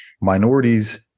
minorities